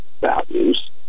values